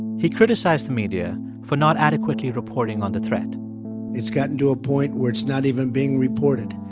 he criticized the media for not adequately reporting on the threat it's gotten to a point where it's not even being reported.